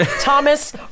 Thomas